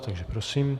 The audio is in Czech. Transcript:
Takže prosím.